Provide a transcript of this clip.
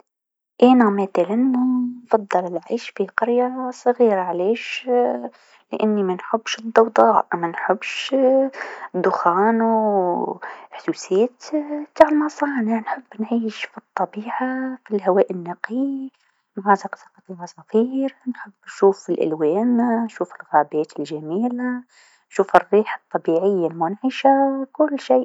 أنا مثلا نفضل العيش في قريه صغيره علاش لأني منحبش الضوضاء منحبش الدخان و حسوسات تاع المصانع، نحب نعيش في الطبيعه في الهواء النقي مع زقزقة العصافير، نحب نشوف الألوان نشوف الغابات الجميله نشوف الريحة الطبيعه المنعشه كل شيء.